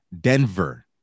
Denver